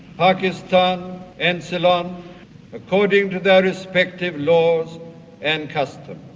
pakistan and ceylon according to their respective laws and custom?